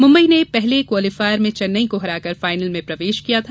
मुंबई ने पहले क्वालीफायर में चेन्नई को हराकर फाइनल में प्रवेश किया था